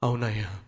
Aunaya